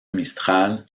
mistral